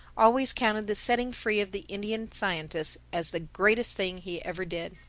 always counted the setting free of the indian scientist as the greatest thing he ever did.